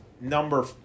number